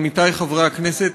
עמיתי חברי הכנסת,